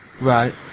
Right